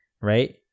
right